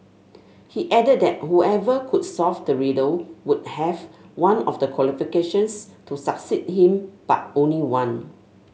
he added that whoever could solve the riddle would have one of the qualifications to succeed him but only one